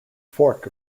fork